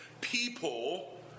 people